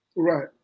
Right